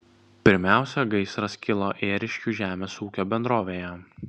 pirmiausia gaisras kilo ėriškių žemės ūkio bendrovėje